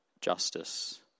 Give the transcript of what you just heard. justice